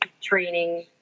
training